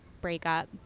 breakup